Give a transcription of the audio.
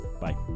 Bye